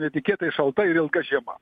netikėtai šalta ir ilga žiema